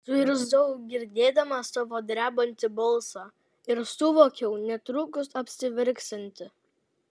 suirzau girdėdama savo drebantį balsą ir suvokiau netrukus apsiverksianti